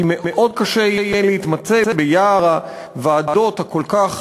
כי יהיה מאוד קשה להתמצא ביער הוועדות הכל-כך